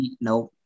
Nope